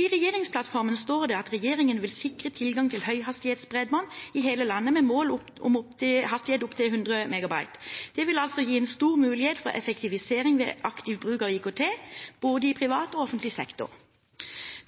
I regjeringsplattformen står det at regjeringen vil sikre tilgang til høyhastighetsbredbånd i hele landet, med mål om hastighet opp til 100 MB. Det vil gi en stor mulighet for effektivisering ved aktiv bruk av IKT, i både privat og offentlig sektor.